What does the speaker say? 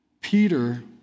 Peter